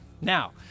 Now